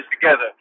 together